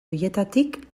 horietarik